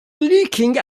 leaking